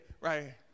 right